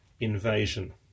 invasion